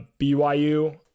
BYU